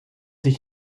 sich